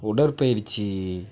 உடற்பயிற்சி